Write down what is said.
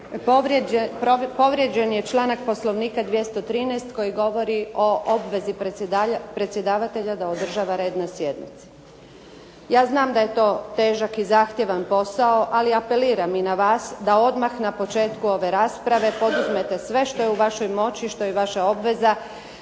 Povrijeđen je članak Poslovnika 213. koji govori o obvezi predsjedavatelja da održava red na sjednici. Ja znam da je to težak i zahtjevan posao, ali apeliram i na vas da odmah na početku ove rasprave poduzmete sve što je u vašoj moći, što je i vaša obveza